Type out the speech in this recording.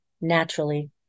naturally